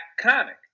comic